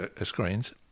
screens